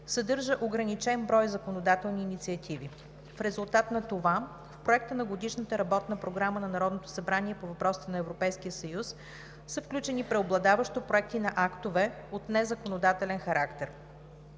съдържа ограничен брой законодателни инициативи. В резултат на това в Проекта на Годишната работна програма на Народното събрание по въпросите на Европейския съюз са включени преобладаващо проекти на актове от незаконодателен характер.